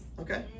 Okay